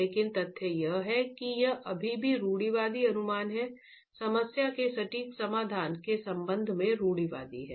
लेकिन तथ्य यह है कि यह अभी भी रूढ़िवादी अनुमान है समस्या के सटीक समाधान के संबंध में रूढ़िवादी है